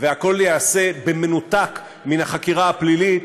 והכול ייעשה במנותק מן החקירה הפלילית.